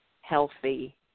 healthy